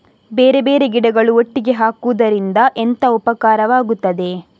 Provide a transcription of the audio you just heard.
ಬೇರೆ ಬೇರೆ ಗಿಡಗಳು ಒಟ್ಟಿಗೆ ಹಾಕುದರಿಂದ ಎಂತ ಉಪಕಾರವಾಗುತ್ತದೆ?